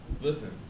Listen